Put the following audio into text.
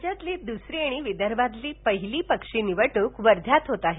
राज्यातली दुसरी आणि विदर्भातली पहिली पक्षी निवडणुक वध्यात होते आहे